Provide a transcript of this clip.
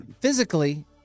physically